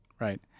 right